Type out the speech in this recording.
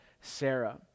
Sarah